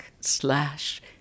slash